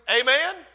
Amen